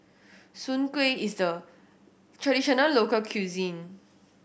Soon Kuih is the traditional local cuisine